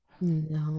No